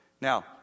Now